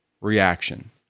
reaction